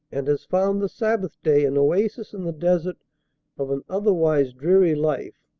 and has found the sabbath day an oasis in the desert of an otherwise dreary life,